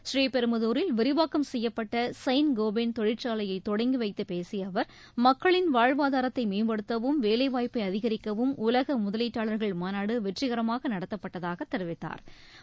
ஸ்ரீபெரும்புதூரில் விரிவாக்கம் செய்யப்பட்ட Saint Gobain தொழிற்சாலையை தொடங்கி வைத்து பேசிய அவர் மக்களின் வாழ்வாதாரத்தை மேம்படுத்தவும் வேலைவாய்ப்பை அதிகிக்கவும் உலக முதலீட்டாள் மாநாடு வெற்றிகரமாக நடத்தப்பட்டதாகத் தெரிவித்தாா்